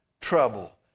trouble